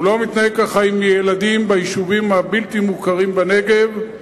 הוא לא מתנהל כך עם ילדים ביישובים הבלתי-מוכרים בנגב,